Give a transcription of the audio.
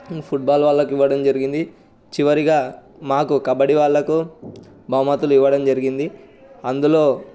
ఈ ఫుట్బాల్ వాళ్లకు ఇవ్వడం జరిగింది చివరిగా మాకు కబడ్డీ వాళ్లకు బహుమతులు ఇవ్వడం జరిగింది అందులో